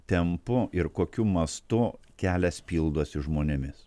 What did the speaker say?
tempu ir kokiu mastu kelias pildosi žmonėmis